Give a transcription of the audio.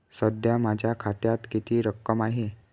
सध्या माझ्या खात्यात किती रक्कम आहे?